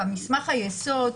במסמך היסוד,